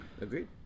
Agreed